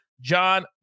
John